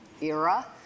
era